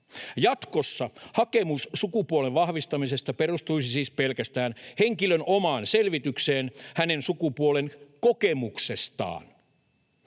Jatkossa hakemus sukupuolen vahvistamisesta perustuisi siis pelkästään henkilön omaan selvitykseen hänen sukupuolen kokemuksestaan.